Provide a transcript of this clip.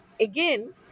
again